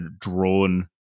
drawn